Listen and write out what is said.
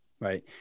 Right